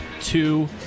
two